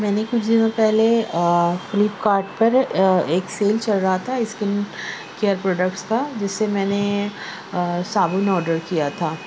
میں نے کچھ دنوں پہلے فلپ کارٹ پر ایک سیل چل رہا تھا اسکن کیئر پروڈکٹس کا جس سے میں نے صابن آڈر کیا تھا